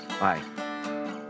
Bye